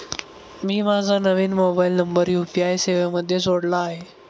मी माझा नवीन mobile number UPI सेवेमध्ये जोडला आहे